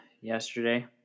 yesterday